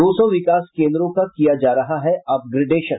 दो सौ विकास केन्द्रों का किया जा रहा है अपग्रेडेशन